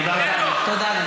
תודה רבה.